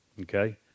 Okay